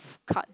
card